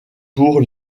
pour